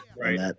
Right